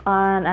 on